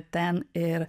ten ir